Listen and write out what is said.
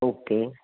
okay